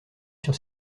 sur